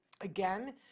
Again